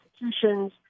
institutions—